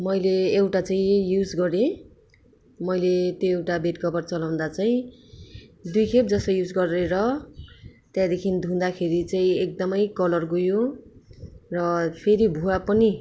मैले एउटा चाहिँ युज गरेँ मैले त्यो एउटा बेडकभर चलाउँदा चाहिँ दुईखेप जस्तो युज गरेर त्यहाँदेखि धुँदाखेरि चाहिँ एकदमै कलर गयो र फेरि भुवा पनि